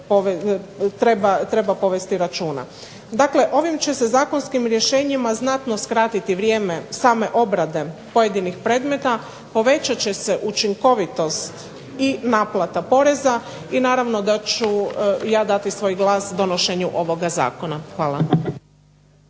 treba povesti računa. Dakle ovim će se zakonskim rješenjima znatno skratiti vrijeme same obrade pojedinih predmeta, povećat će se učinkovitost i naplata poreza i naravno da ću i ja dati svoj glas donošenju ovoga zakona. Hvala.